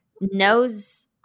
knows